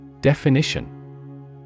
Definition